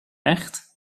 echt